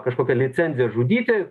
kažkokią licenciją žudyti